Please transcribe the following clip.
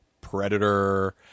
Predator